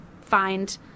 find